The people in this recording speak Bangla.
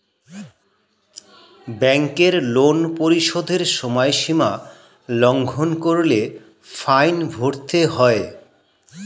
ব্যাংকের লোন পরিশোধের সময়সীমা লঙ্ঘন করলে ফাইন ভরতে হয়